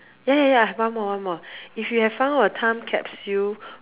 ya ya ya I've one more one more if you have found a time capsule